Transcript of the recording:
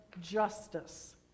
justice